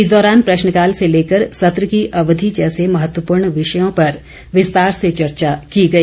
इस दौरान प्रश्नकाल से लेकर सत्र की अवधि जैसे महत्वपूर्ण विषयों पर विस्तार से चर्चा की गई